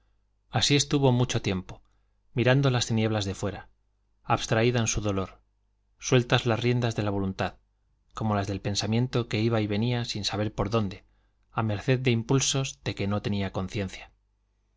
así estuvo mucho tiempo mirando las tinieblas de fuera abstraída en su dolor sueltas las riendas de la voluntad como las del pensamiento que iba y venía sin saber por dónde a merced de impulsos de que no tenía conciencia